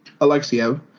Alexiev